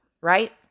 Right